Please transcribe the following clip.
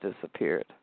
disappeared